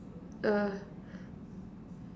err